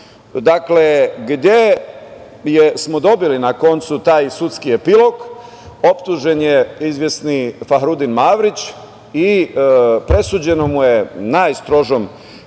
Tutina, gde smo dobili na koncu taj sudski epilog. Optužen je izvesni Fahrudin Mavrić i presuđeno mu je najstrožom